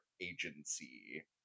agency